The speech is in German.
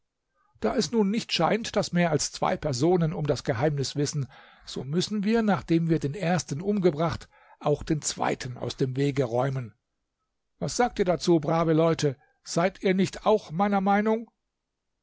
da es nun nicht scheint daß mehr als zwei personen um das geheimnis wissen so müssen wir nachdem wir den ersten umgebracht auch den zweiten aus dem wege räumen was sagt ihr dazu brave leute seid ihr nicht auch meiner meinung